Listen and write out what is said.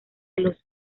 los